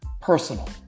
personal